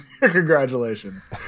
Congratulations